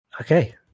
okay